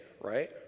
right